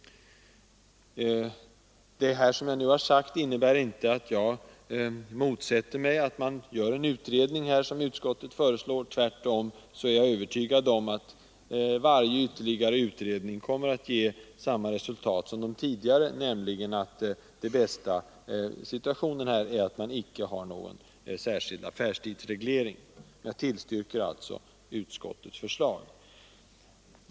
Vad jag nu sagt innebär inte att jag motsätter mig att man gör en utredning, som utskottet föreslår. Tvärtom är jag övertygad om att varje ytterligare utredning kommer att ge samma resultat som de tidigare, nämligen att den bästa lösningen är att man icke har någon särskild affärstidsreglering. Jag tillstyrker alltså utskottets förslag.